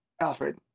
Alfred